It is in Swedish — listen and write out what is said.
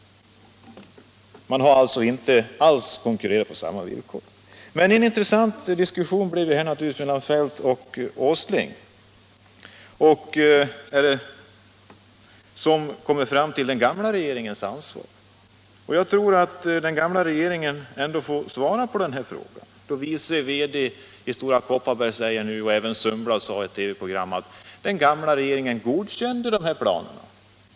Man har alltså inte alls konkurrerat på samma villkor. Detta blev naturligtvis en intressant diskussion mellan herr Feldt och herr Åsling där man kommer fram till den gamla regeringens ansvar. Jag tror den gamla regeringen ändå får lov att svara på den här frågan då vice VD i Stora Kopparberg och även herr Sundblad i ett TV-program sade att den gamla regeringen godkände dessa planer.